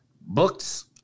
Books